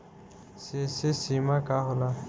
CC सीमा का होला?